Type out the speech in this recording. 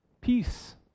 peace